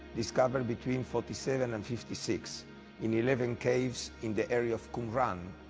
discovered between forty seven and fifty six in eleven caves in the area of qumran.